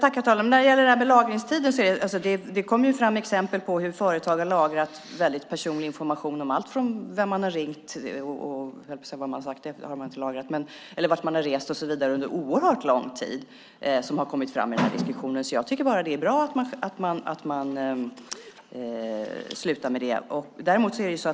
Herr talman! När det gäller lagringstiden kom det i den här diskussionen fram exempel på hur företag har lagrat väldigt personlig information, vem man har ringt, vart man har rest och så vidare, under oerhört lång tid. Jag tycker bara att det är bra att man slutar med det.